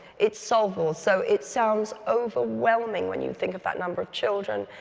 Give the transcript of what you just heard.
it so so it sounds overwhelming when you think of that number of children,